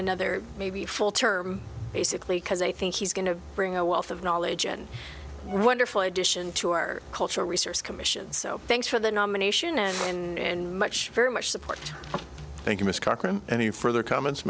another maybe full term basically because i think he's going to bring a wealth of knowledge and wonderful addition to our culture research commission so thanks for the nomination and and much very much support thank you mr cochran any further comments